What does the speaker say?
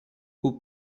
who